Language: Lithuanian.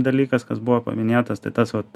dalykas kas buvo paminėtas tai tas vat